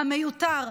המיותר,